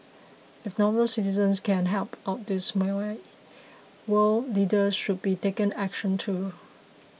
if normal citizens can help out this way world leaders should be taking action too